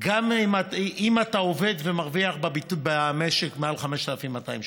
אם אתה עובד ומרוויח במשק מעל 5,200 שקל.